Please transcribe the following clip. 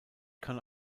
kann